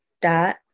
dot